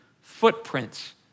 footprints